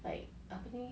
like apa ni